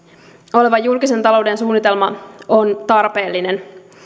oleva julkisen talouden suunnitelma on tarpeellinen